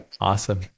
Awesome